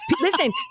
Listen